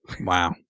wow